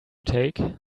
take